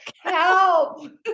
Help